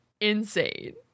insane